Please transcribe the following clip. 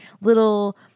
little